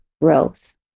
growth